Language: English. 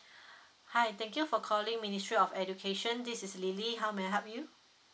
hi thank you for calling ministry of education this is lily how may I help you